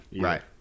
Right